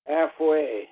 Halfway